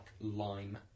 lime